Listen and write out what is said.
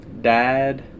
dad